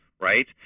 right